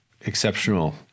exceptional